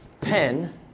pen